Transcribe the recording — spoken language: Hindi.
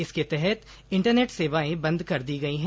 इसके तहत इंटरनेट सेवाए बंद कर दी गई हैं